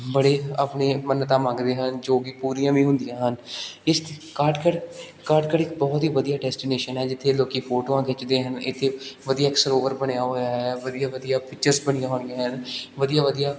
ਬੜੇ ਆਪਣੀ ਮੰਨਤਾਂ ਮੰਗਦੇ ਹਨ ਜੋ ਕਿ ਪੂਰੀਆਂ ਵੀ ਹੁੰਦੀਆਂ ਹਨ ਇਸ ਕਾਠਗੜ ਕਾਠਗੜ ਇੱਕ ਬਹੁਤ ਹੀ ਵਧੀਆ ਡੈਸਟੀਨੇਸ਼ਨ ਹੈ ਜਿੱਥੇ ਲੋਕ ਫੋਟੋਆਂ ਖਿੱਚਦੇ ਹਨ ਇੱਥੇ ਵਧੀਆ ਇੱਕ ਸਰੋਵਰ ਬਣਿਆ ਹੋਇਆ ਹੈ ਵਧੀਆ ਵਧੀਆ ਪਿਕਚਰਸ ਬਣੀਆਂ ਹੋਈਆਂ ਹਨ ਵਧੀਆ ਵਧੀਆ